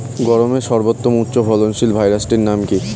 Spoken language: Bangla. গমের সর্বোত্তম উচ্চফলনশীল ভ্যারাইটি নাম কি?